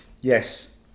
yes